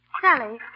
Sally